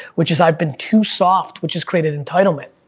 which is i've been too soft, which has created entitlement.